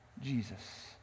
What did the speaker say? Jesus